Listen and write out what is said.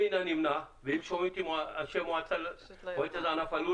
ואם שומעים אותי אנשי המועצה לענף הלול